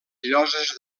lloses